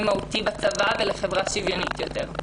מהותי בצבא ולחברה שוויונית יותר.